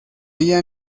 día